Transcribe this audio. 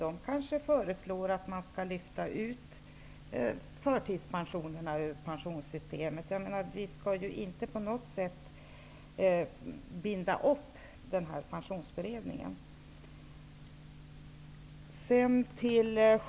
Den kanske kommer att föreslå att man skall lyfta ut förtidspensionerna ur pensionssystemet. Vi skall inte på något sätt binda upp pensionsberedningen.